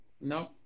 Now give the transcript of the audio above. no